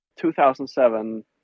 2007